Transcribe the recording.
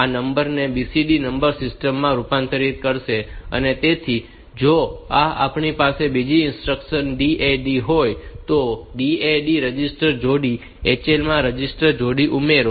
તેથી આ આ નંબરને BCD નંબર સિસ્ટમ માં રૂપાંતરિત કરશે અને તેથી જો આ આપણી પાસે બીજી ઇન્સ્ટ્રક્શન DAD હોય તો DAD રજિસ્ટર જોડી HL માં રજિસ્ટર જોડી ઉમેરો